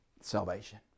salvation